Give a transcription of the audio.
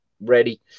ready